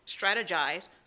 strategize